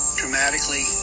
dramatically